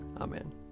Amen